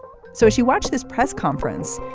so she watched this press conference.